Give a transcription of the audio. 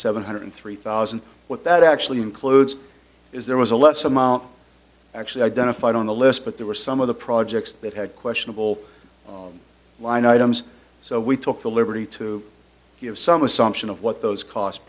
seven hundred three thousand what that actually includes is there was a let's amount actually identified on the list but there were some of the projects that had questionable line items so we took the liberty to give some assumption of what those cost